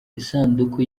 isanduku